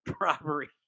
robbery